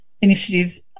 initiatives